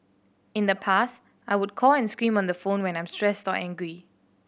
in the past I would call and scream on the phone when I'm stressed or angry